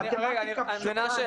מנשה,